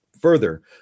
Further